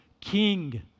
king